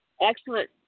Excellent